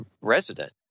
resident